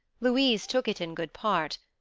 louise took it in good part.